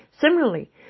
Similarly